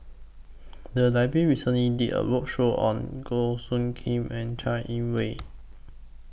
The Library recently did A roadshow on Goh Soo Khim and Chai Yee Wei